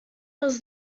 was